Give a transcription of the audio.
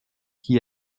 qui